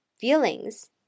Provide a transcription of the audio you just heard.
feelings